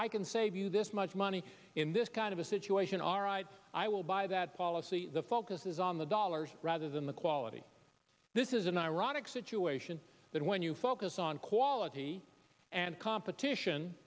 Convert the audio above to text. i can save you this much money in this kind of a situation all right i will buy that policy the focus is on the dollars rather than the quality this is an ironic situation that when you focus on quality and competition